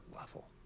level